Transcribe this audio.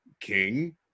King